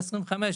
ב-2025,